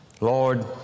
Lord